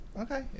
Okay